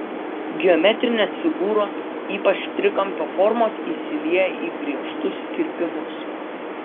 geometrinės figūros ypač trikampio formos įsilieja į griežtus kirpimus